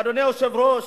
אדוני היושב-ראש,